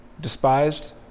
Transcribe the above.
despised